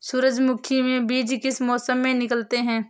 सूरजमुखी में बीज किस मौसम में निकलते हैं?